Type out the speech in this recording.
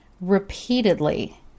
repeatedly